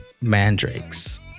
mandrakes